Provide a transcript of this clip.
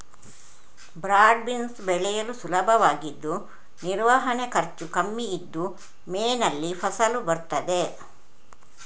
broad beans ಬೆಳೆಯಲು ಸುಲಭವಾಗಿದ್ದು ನಿರ್ವಹಣೆ ಖರ್ಚು ಕಮ್ಮಿ ಇದ್ದು ಮೇನಲ್ಲಿ ಫಸಲು ಬರ್ತದೆ